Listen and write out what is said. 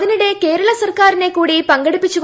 അതിനിടെ കേരള സർക്കാരിനെ കൂടി പങ്കെടുപ്പിച്ചു